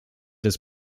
des